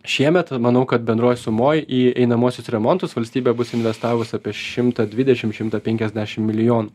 šiemet manau kad bendroj sumoj į einamuosius remontus valstybė bus investavus apie šimtą dvidešim šimtą penkiasdešim milijonų